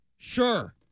Sure